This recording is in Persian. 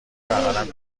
بغلم